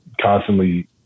constantly